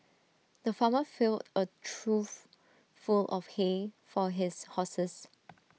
the farmer filled A trough full of hay for his horses